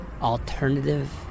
alternative